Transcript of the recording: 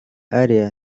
área